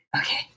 Okay